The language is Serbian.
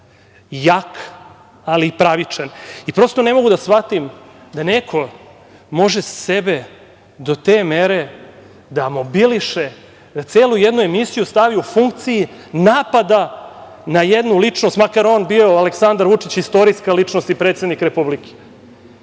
jak ali i pravičan. Prosto ne mogu da shvatim da neko može sebe do te mere da mobiliše, da celu jednu emisiju stavi u funkciji napada na jednu ličnost, makar on bio Aleksandar Vučić istorijska ličnost i predsednik Republike.